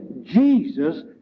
Jesus